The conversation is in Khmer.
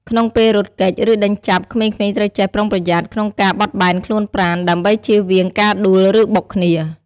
ក្នុងពេលរត់គេច ឬដេញចាប់ ក្មេងៗត្រូវចេះប្រុងប្រយ័ត្នក្នុងការបត់បែនខ្លួនប្រាណ ដើម្បីចៀសវាងការដួល ឬបុកគ្នា។